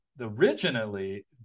Originally